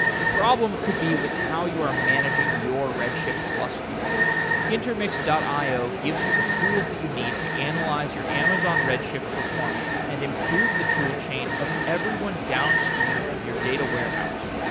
the problem could be with how you are managing your redshift cluster intermix io gives you the tools that you need to analyze your amazon redshift performance and improve the tool chain of everyone downstream from your data warehouse.